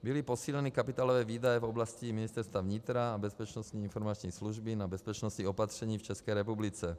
Byly posíleny kapitálové výdaje v oblasti Ministerstva vnitra a Bezpečnostní informační služby na bezpečnostní opatření v České republice.